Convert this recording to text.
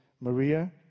Maria